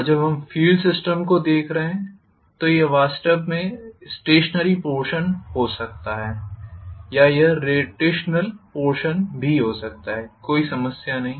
और जब हम फील्ड सिस्टम को देख रहे हैं तो यह वास्तव में स्टेशनरी पोर्षन हो सकता है या यह रोटेशनल पोर्षन हो सकता है कोई समस्या नहीं